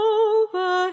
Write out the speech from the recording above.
over